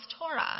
Torah